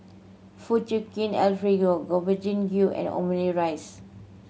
Fettuccine Alfredo Gobchang Gui and Omurice